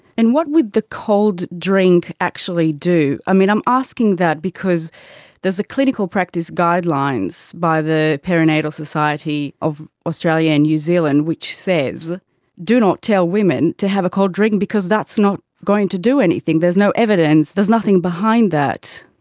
and what would the cold drink actually do? i'm you know i'm asking that because there is a clinical practice guidelines by the perinatal society of australia and new zealand which says do not tell women to have a cold drink because that's not going to do anything, there is no evidence, there is nothing behind that.